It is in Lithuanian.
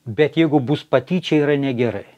bet jeigu bus patyčių yra negerai